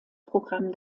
programm